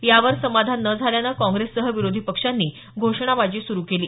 यावर समाधान न झाल्यानं काँप्रेससह विरोधी पक्षांनी घोषणाबाजी सुरु केली